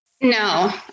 No